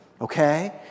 Okay